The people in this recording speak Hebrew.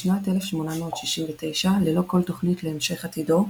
בשנת 1869, ללא כל תוכנית להמשך עתידו,